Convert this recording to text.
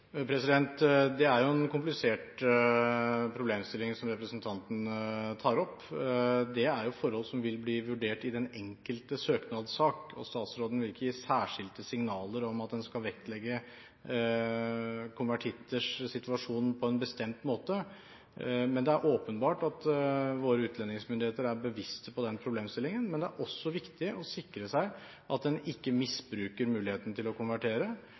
Det er en komplisert problemstilling representanten tar opp. Dette er forhold som vil bli vurdert i den enkelte søknadssak, og statsråden vil ikke gi særskilte signaler om at man skal vektlegge konvertitters situasjon på en bestemt måte. Det er åpenbart at våre utlendingsmyndigheter er bevisst på den problemstillingen, men det er også viktig å sikre at man ikke misbruker muligheten til å konvertere.